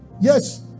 Yes